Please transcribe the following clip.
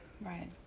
Right